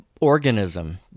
organism